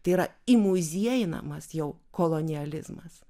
tai yra įmuziejinamas jau kolonializmas